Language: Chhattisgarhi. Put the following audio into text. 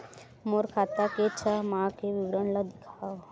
मोर खाता के छः माह के विवरण ल दिखाव?